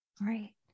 Right